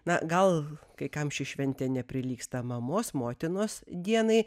na gal kai kam ši šventė neprilygsta mamos motinos dienai